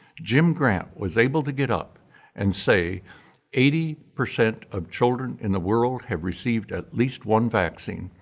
jim grant was able to get up and say eighty percent of children in the world have received at least one vaccine.